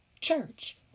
church